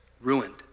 ruined